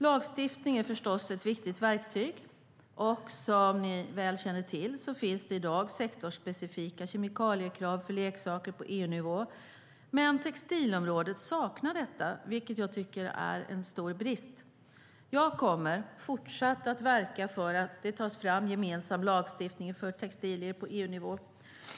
Lagstiftning är förstås ett viktigt verktyg, och som ni väl känner till finns det i dag sektorsspecifika kemikaliekrav för leksaker på EU-nivå, men textilområdet saknar detta, vilket jag tycker är en brist. Jag kommer att fortsatt verka för att det tas fram gemensam lagstiftning för textilier på EU-nivå.